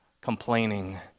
complaining